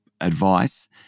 advice